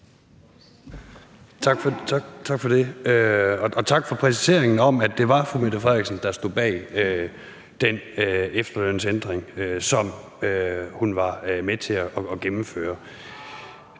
Tak for det, og tak for præciseringen om, at det var fru Mette Frederiksen, der stod bag den efterlønsændring, som hun var med til at gennemføre.